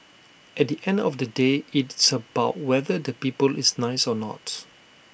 at the end of the day it's about whether the people is nice or not